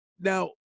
Now